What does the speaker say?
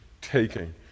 taking